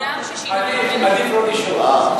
עדיף לא לשמוע.